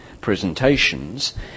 presentations